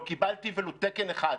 לא קיבלתי ולו תקן אחד.